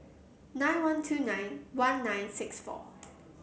nine one two nine one nine six four